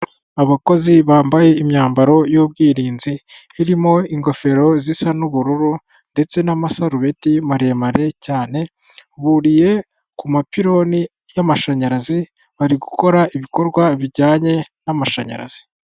Abakozi bambaye imyambaro y'ubwirinzi irimo ingofero zisa n'ubururu ndetse n'amasarubeti maremare cyane buriye ku mapironi y'amashanyarazi bari gukora ibikorwa bijyanye n'amashanyarazi.